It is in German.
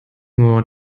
nur